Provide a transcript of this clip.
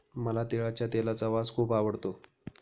मला तिळाच्या तेलाचा वास खूप आवडतो